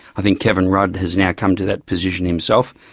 i think kevin rudd has now come to that position himself,